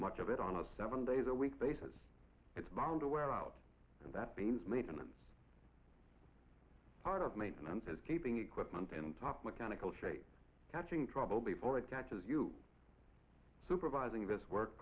much of it on a seven days a week basis it's bound to wear out and that means maintenance part of maintenance is keeping equipment in top mechanical shape catching trouble before it catches you supervising this work